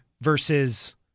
versus